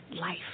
life